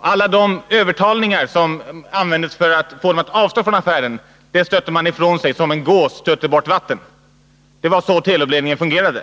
alla de övertalningar som användes för att få den att avstå från affären stötte man ifrån sig som en gås stöter bort vatten. Det var så Telub-ledningen fungerade.